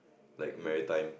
like Maritime